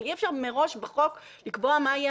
אבל אי אפשר מראש בחוק לקבוע מה יהיה